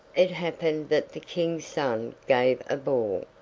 it happened that the king's son gave a ball,